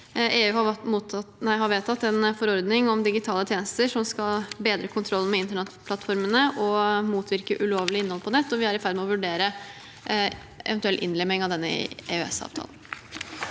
EU har vedtatt en forordning om digitale tjenester som skal bedre kontrollen med internettplattformene og motvirke ulovlig innhold på nett, og vi er i ferd med å vurdere eventuell innlemming av denne i EØS-avtalen.